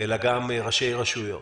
אלא גם ראשי רשויות,